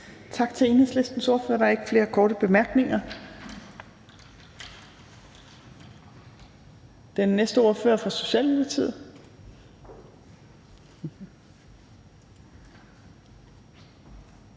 Tak til Enhedslistens ordfører. Der er ikke flere korte bemærkninger. Den næste ordfører er fra Socialdemokratiet.